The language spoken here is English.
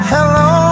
Hello